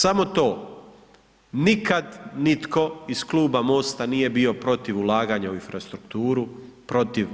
Samo to, nikad nitko iz Kluba MOST-a nije bio protiv ulaganja u infrastrukturu, protiv